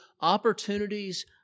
opportunities